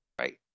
Right